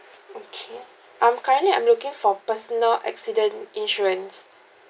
okay um currently I'm looking for personal accident insurance